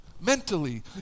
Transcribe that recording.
Mentally